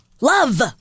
Love